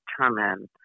determine